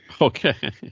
Okay